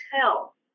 tell